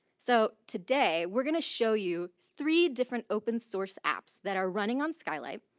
so today we're gonna show you three different open source apps that are running on skylight.